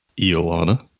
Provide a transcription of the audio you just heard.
Eolana